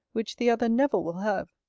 which the other never will have.